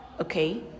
okay